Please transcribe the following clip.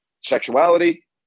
Sexuality